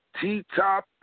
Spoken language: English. T-Top